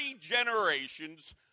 generations